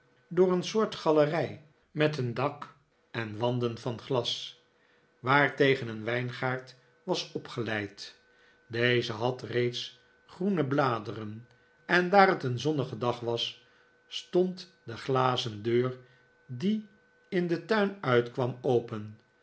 door een soort galerij met een dak en wanden van glas waartegen een wijngaard was opgeleid deze had reeds groene bladeren en daar het een zonnige dag was stond de glazen deur die in den tuin uitkwam open